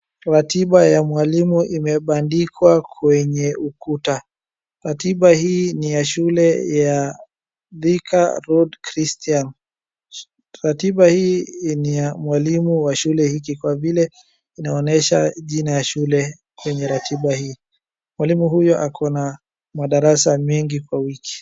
Ratiba ya mwalimu imebandikwa kwenye ukuta, ratiba hii ni ya shule ya Thika road christian . Ratiba hii ni ya mwalimu wa shule hii kwa vile inaonyesha jina ya shule kwenye ratiba hii. Mwalimu huyo ako na madarasa mengi kwa wiki.